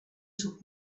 took